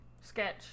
Sketch